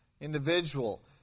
individual